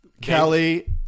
Kelly